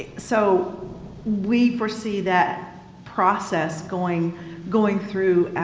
ah so we foresee that process going going through